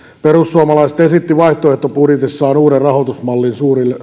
perussuomalaiset esittivät vaihtoehtobudjetissaan uuden rahoitusmallin